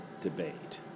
debate